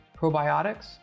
probiotics